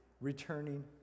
returning